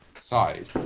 side